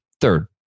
Third